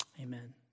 Amen